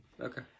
Okay